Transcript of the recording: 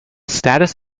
status